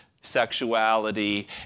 sexuality